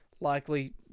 likely